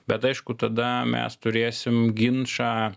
bet aišku tada mes turėsim ginčą